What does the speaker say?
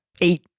eight